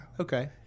Okay